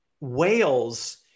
whales